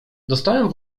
dostałem